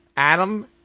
Adam